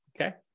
Okay